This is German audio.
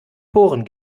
poren